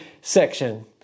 section